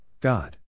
God